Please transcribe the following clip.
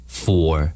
four